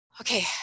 okay